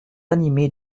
animées